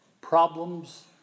problems